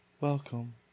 welcome